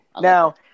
Now